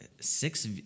six